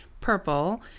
purple